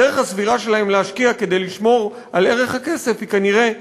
הדרך הסבירה שלהם להשקיע כדי לשמור על ערך הכסף היא כנראה בנדל"ן.